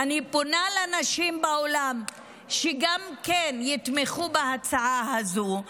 אני פונה לנשים באולם שגם הן יתמכו בהצעה הזאת.